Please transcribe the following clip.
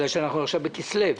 בגלל שאנחנו עכשיו בכסלו,